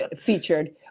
featured